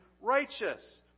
righteous